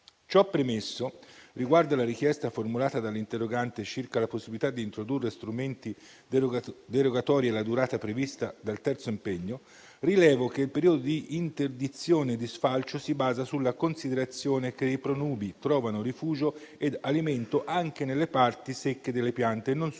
Ciò premesso, riguardo alla richiesta formulata dall'interrogante circa la possibilità di introdurre strumenti derogatori alla durata prevista dal terzo impegno, rilevo che il periodo di interdizione di sfalcio si basa sulla considerazione che i pronubi trovano rifugio ed alimento anche nelle parti secche delle piante e non solo dal